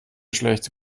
schlechte